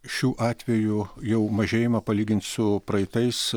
šių atvejų jau mažėjimą palygint su praeitais